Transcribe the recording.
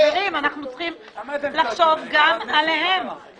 צריכים לחשוב גם עליהם.